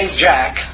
Jack